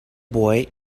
boy